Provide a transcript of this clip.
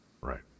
Right